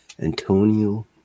Antonio